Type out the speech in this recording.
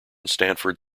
stanford